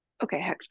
Okay